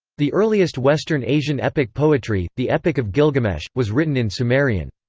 the earliest western asian epic poetry, the epic of gilgamesh, was written in sumerian.